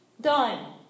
done